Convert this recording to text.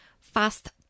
fast